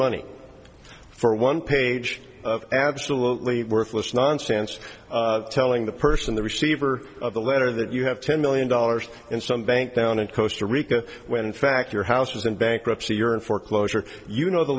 money for a one page of absolutely worthless nonsense telling the person the receiver of the letter that you have ten million dollars in some bank down in coaster rica when in fact your house was in bankruptcy you're in foreclosure you know the